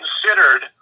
considered